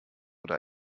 oder